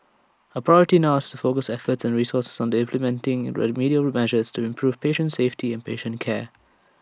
our priority now is focus efforts and resources Sunday remedial measures to improve patient safety and patient care